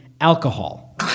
alcohol